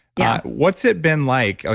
yeah what's it been like? ah